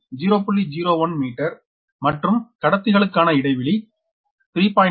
01 metre மற்றும் கடத்திகளுக்கான இடைவெளி 3